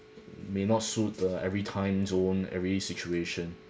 may not suit the every time zone every situation